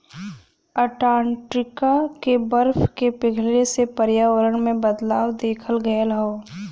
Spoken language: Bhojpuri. अंटार्टिका के बरफ के पिघले से पर्यावरण में बदलाव देखल गयल हौ